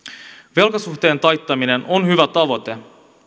velkasuhteen taittaminen on hyvä tavoite